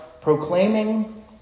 proclaiming